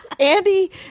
Andy